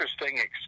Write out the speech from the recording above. interesting